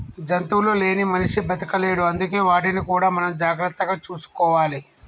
జంతువులు లేని మనిషి బతకలేడు అందుకే వాటిని కూడా మనం జాగ్రత్తగా చూసుకోవాలి